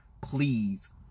please